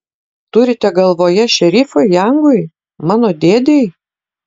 turite galvoje šerifui jangui mano dėdei